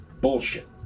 bullshit